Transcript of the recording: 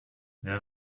wer